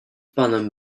panem